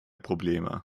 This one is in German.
probleme